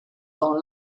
dans